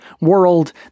world